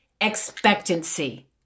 expectancy